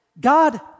God